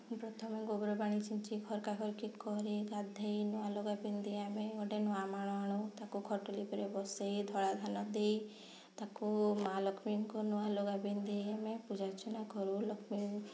ପ୍ରଥମେ ଗୋବର ପାଣି ଛିଞ୍ଚି ଖରକାଖରକି କରି ଗାଧୋଇ ନୂଆ ଲୁଗା ପିନ୍ଧି ଆମେ ଗୋଟେ ନୂଆ ମାଣ ଆଣୁ ତାକୁ ଖଟୁଲି ଉପରେ ବସେଇ ଧଳା ଧାନ ଦେଇ ତାକୁ ମା ଲକ୍ଷ୍ମୀଙ୍କୁ ନୂଆ ଲୁଗା ପିନ୍ଧେଇ ଆମେ ପୂଜାର୍ଚ୍ଚନା କରୁ ଲକ୍ଷ୍ମୀ